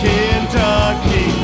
Kentucky